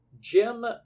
Jim